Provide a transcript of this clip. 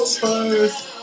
first